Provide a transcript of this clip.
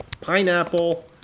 Pineapple